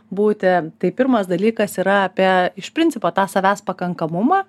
būti tai pirmas dalykas yra apie iš principo tą savęs pakankamumą